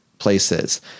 Places